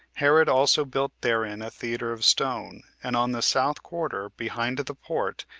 herod also built therein a theater of stone and on the south quarter, behind the port,